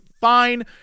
fine